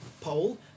poll